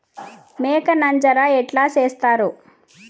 మేక నంజర ఎట్లా సేస్తారు?